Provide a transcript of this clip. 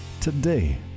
Today